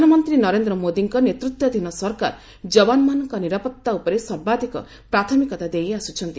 ପ୍ରଧାନମନ୍ତ୍ରୀ ନରେନ୍ଦ୍ର ମୋଦୀଙ୍କ ନେତୃତ୍ୱାଧୀନ ସରକାର ଯବାନମାନଙ୍କ ନିରାପତ୍ତା ଉପରେ ସର୍ବାଧିକ ପ୍ରାଥମିକତା ଦେଇଆସ୍କୁଛନ୍ତି